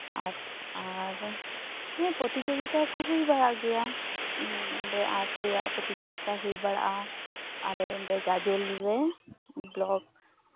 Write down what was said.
art ᱟᱨ ᱦᱮᱸ ᱯᱨᱚᱛᱤᱡᱳᱜᱤᱛᱟ ᱠᱚ ᱦᱩᱭ ᱵᱟᱲᱟᱜ ᱜᱮᱭᱟ ᱚᱸᱰᱮ ᱟᱨᱴ ᱨᱮᱭᱟᱜ ᱯᱨᱚᱛᱤᱡᱳᱜᱤᱛᱟ ᱦᱩᱭ ᱵᱟᱲᱟᱜᱼᱟ ᱟᱞᱮ ᱚᱸᱰᱮ ᱜᱟᱡᱚᱞ ᱨᱮ ᱵᱞᱚᱠ